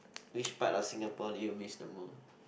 which part of Singapore do you miss the most